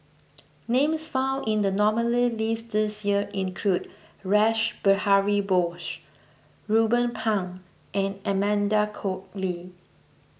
names found in the nominees' list this year include Rash Behari Bose Ruben Pang and Amanda Koe Lee